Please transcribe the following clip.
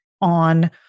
on